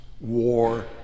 war